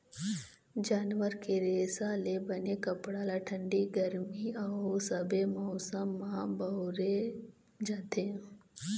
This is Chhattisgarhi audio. जानवर के रेसा ले बने कपड़ा ल ठंडी, गरमी अउ सबे मउसम म बउरे जाथे